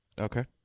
Okay